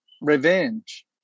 revenge